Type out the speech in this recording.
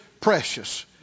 precious